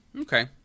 Okay